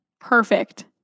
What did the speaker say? perfect